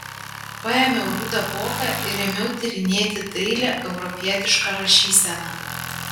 paėmiau rudą voką ir ėmiau tyrinėti dailią europietišką rašyseną